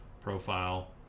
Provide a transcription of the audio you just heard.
Profile